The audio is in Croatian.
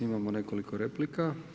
Imamo nekoliko replika.